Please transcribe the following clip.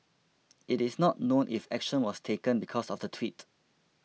it is not known if action was taken because of the Twitter